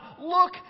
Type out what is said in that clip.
look